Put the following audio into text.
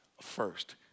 first